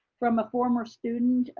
from a former student,